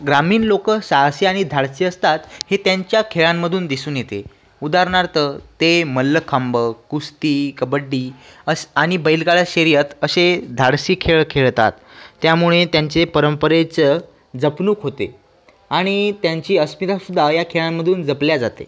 ग्रामीण लोक साहसी आणि धाडसी असतात हे त्यांच्या खेळांमधून दिसून येते उदाहरणार्थ ते मल्लखांब कुस्ती कबड्डी असं आणि बैलगाड्या शर्यत असे धाडसी खेळ खेळतात त्यामुळे त्यांच्या परंपरेचं जपणूक होते आणि त्यांची अस्मितासुद्धा या खेळांमधून जपली जाते